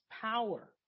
power